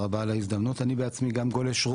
אני בעצמי גם גולש רוח,